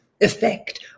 effect